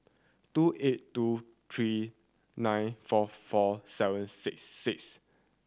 two eight two three nine four four seven six six